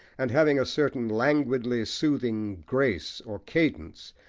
and having a certain languidly soothing grace or cadence,